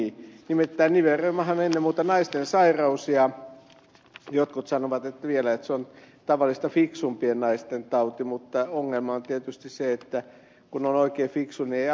nimittäin nivelreumahan on ennen muuta naisten sairaus ja jotkut sanovat vielä että se on tavallista fiksumpien naisten tauti mutta ongelma on tietysti se että kun on oikein fiksu niin ei aloita tupakointia